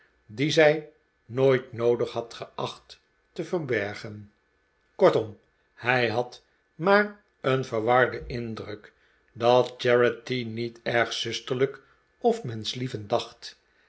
die zij nooit noodig had geacht te verbergen kortom hij had maar een verwarden indruk dat charity niet erg zusterlijk of menschlievend dacht